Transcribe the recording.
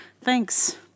thanks